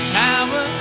power